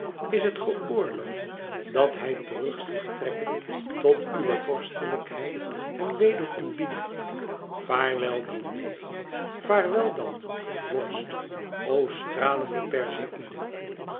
is het geöorloofd dat hij terug zich trekke tot uwe vorstelijkheid hem weder ontbiede vaarwel dan neef vaarwel dan vorst o stralende perseïde